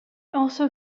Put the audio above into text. also